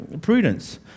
prudence